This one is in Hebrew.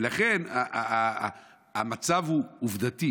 לכן, המצב העובדתי